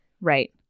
Right